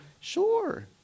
sure